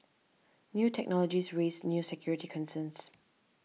new technologies raise new security concerns